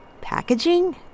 Packaging